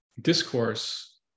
discourse